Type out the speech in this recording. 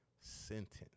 sentence